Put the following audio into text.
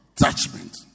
attachment